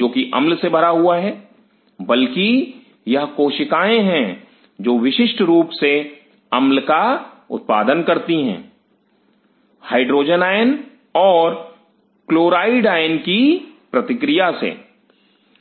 जो कि अम्ल से भरा हुआ है बल्कि यह कोशिकाएं हैं जो विशिष्ट रूप से अम्ल का उत्पादन करती हैं हाइड्रोजन आयन और क्लोराइड आयन की प्रतिक्रिया से